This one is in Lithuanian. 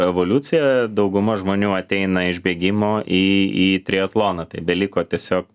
evoliucija dauguma žmonių ateina iš bėgimo į į triatloną tai beliko tiesiog